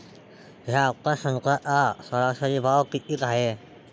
या हफ्त्यात संत्र्याचा सरासरी भाव किती हाये?